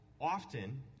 Often